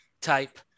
type